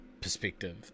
perspective